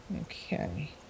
Okay